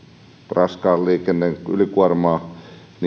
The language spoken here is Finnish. raskaan liikenteen ylikuormaa